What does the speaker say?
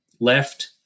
left